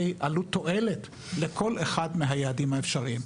עלות-תועלת לכל אחד מהיעדים האפשריים.